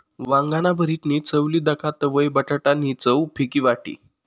वांगाना भरीतनी चव ली दखा तवयं बटाटा नी चव फिकी वाटी